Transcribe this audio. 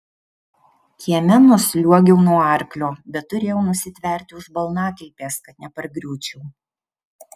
kieme nusliuogiau nuo arklio bet turėjau nusitverti už balnakilpės kad nepargriūčiau